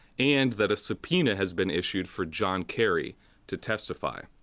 and that a subpoena has been issued for john kerry to testify.